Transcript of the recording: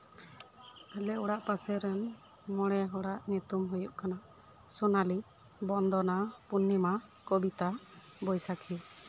ᱟᱞᱮ ᱚᱲᱟᱜ ᱯᱟᱥᱮ ᱨᱮᱱ ᱢᱚᱲᱮ ᱦᱚᱲᱟᱜ ᱧᱩᱛᱩᱢ ᱦᱩᱭᱩᱜ ᱠᱟᱱᱟ ᱥᱳᱱᱟᱞᱤ ᱵᱚᱱᱫᱚᱱᱟ ᱯᱩᱨᱱᱤᱢᱟ ᱠᱚᱵᱤᱛᱟ ᱵᱳᱭᱥᱟᱠᱷᱤ